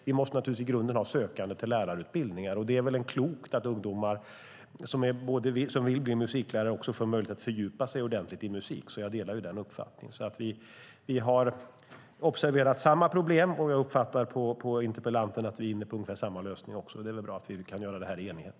Vi måste i grunden ha sökande till lärarutbildningar, och det är väl klokt att ungdomar som vill bli musiklärare också får möjlighet att fördjupa sig ordentligt i musik. Jag delar den uppgiften. Vi har alltså observerat samma problem, och jag uppfattar på interpellanten att vi är inne på ungefär samma lösning också. Det är väl bra att vi kan göra detta i enighet.